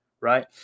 right